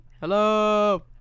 Hello